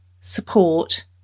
support